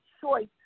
choice